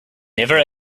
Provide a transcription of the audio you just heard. never